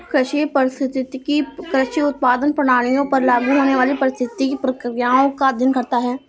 कृषि पारिस्थितिकी कृषि उत्पादन प्रणालियों पर लागू होने वाली पारिस्थितिक प्रक्रियाओं का अध्ययन करता है